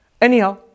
Anyhow